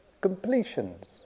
completions